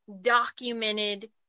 documented